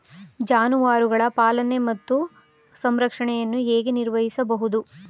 ಜಾನುವಾರುಗಳ ಪಾಲನೆ ಮತ್ತು ಸಂರಕ್ಷಣೆಯನ್ನು ಹೇಗೆ ನಿರ್ವಹಿಸಬಹುದು?